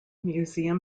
museum